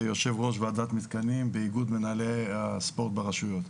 ויושב ראש ועדת מתקנים באיגוד מנהלי הספורט ברשויות.